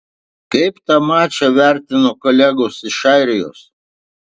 kaip tą mačą vertino kolegos iš airijos